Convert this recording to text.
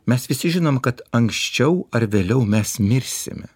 mes visi žinom kad anksčiau ar vėliau mes mirsime